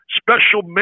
special